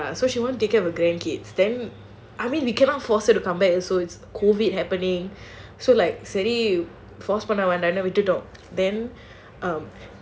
ya so she wants to take care of her grandkids then I mean we cannot force her to come back also it's COVID happening so like சரி:sari force பண்ண வேணாம்னு விட்டுட்டோம்:panna venaamnu vittutom then um